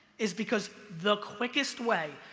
is because the quickest way,